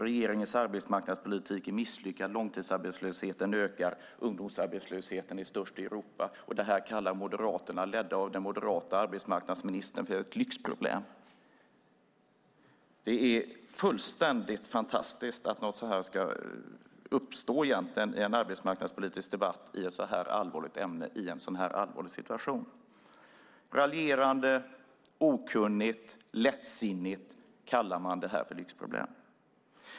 Regeringens arbetsmarknadspolitik är misslyckad. Långtidsarbetslösheten ökar. Ungdomsarbetslösheten är högst i Europa. Det här kallar Moderaterna ledda av den moderata arbetsmarknadsministern för ett lyxproblem. Det är fullständigt fantastiskt att något sådant här kan uppstå i en arbetsmarknadspolitisk debatt i ett sådant här allvarligt ämne i en sådan här allvarlig situation. Raljerande, okunnigt och lättsinnigt kallar man detta för lyxproblem.